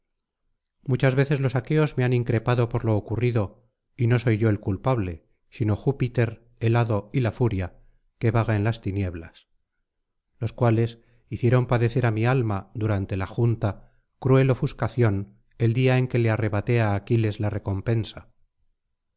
muchas veces los aqueos me han increpado por lo ocurrido y yo no soy el culpable sino júpiter el hado y la furia que vaga en las tinieblas los cuales hicieron padecer á mi alma durante la junta cruel ofuscación el día en que le arrebaté á aquiles la recompensa